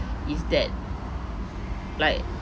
is that like